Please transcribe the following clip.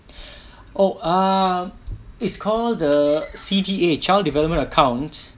oh ah this is called the C_D_A child development account